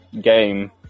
game